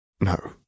No